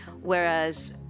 whereas